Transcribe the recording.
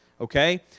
Okay